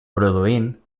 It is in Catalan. produint